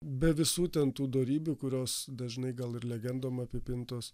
be visų ten tų dorybių kurios dažnai gal ir legendom apipintos